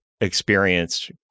experienced